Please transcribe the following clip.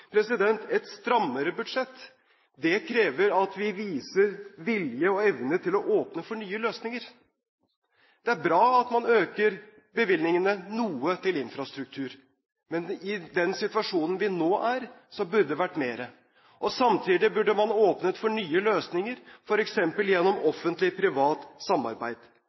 Et strammere budsjett krever at vi viser vilje og evne til å åpne for nye løsninger. Det er bra at man øker bevilgningene noe til infrastruktur, men i den situasjonen vi nå er, burde det vært mer. Samtidig burde man åpnet for nye løsninger, f.eks. gjennom offentlig-privat samarbeid.